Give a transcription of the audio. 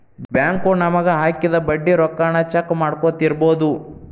bank ನಮಗ ಹಾಕಿದ ಬಡ್ಡಿ ರೊಕ್ಕಾನ ಚೆಕ್ ಮಾಡ್ಕೊತ್ ಇರ್ಬೊದು